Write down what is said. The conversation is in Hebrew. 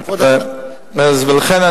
לכן,